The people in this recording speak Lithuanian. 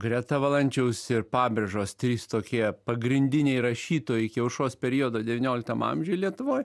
greta valančiaus ir pabrėžos trys tokie pagrindiniai rašytojai iki aušros periodo devynioliktam amžiuj lietuvoj